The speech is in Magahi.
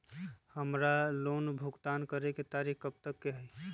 हमार लोन भुगतान करे के तारीख कब तक के हई?